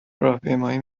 راهپیمایی